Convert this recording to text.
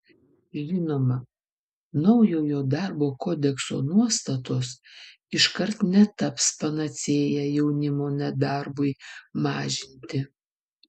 žinoma naujojo darbo kodekso nuostatos iškart netaps panacėja jaunimo nedarbui mažinti